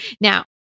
Now